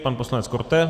Pan poslanec Korte.